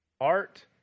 art